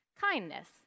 kindness